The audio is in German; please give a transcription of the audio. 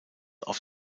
auf